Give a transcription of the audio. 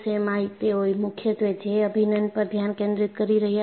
માં તેઓ મુખ્યત્વે J અભિન્ન પર ધ્યાન કેન્દ્રિત કરી રહ્યા હતા